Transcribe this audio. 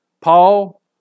Paul